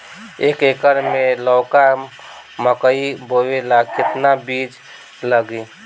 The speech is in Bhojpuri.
एक एकर मे लौका मकई बोवे ला कितना बिज लागी?